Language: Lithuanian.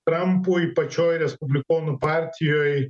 trampui pačioj respublikonų partijoj